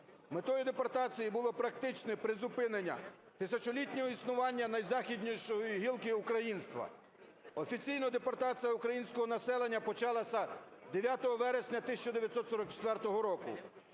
Метою депортації було практичне призупинення тисячолітнього існування найзахіднішої гілки українства. Офіційно депортація українського населення почалася 9 вересня 1944 року.